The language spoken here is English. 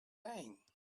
saying